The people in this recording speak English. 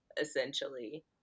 essentially